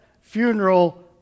funeral